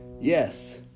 Yes